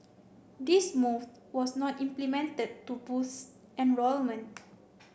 this move was not implemented to boost enrolment